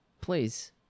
Please